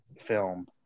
film